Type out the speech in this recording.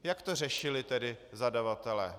Jak to řešili tedy zadavatelé?